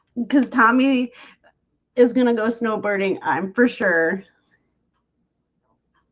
cuz tommy is gonna go snowboarding. i'm for sure you know